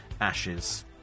ashes